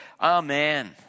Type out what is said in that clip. Amen